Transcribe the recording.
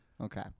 Okay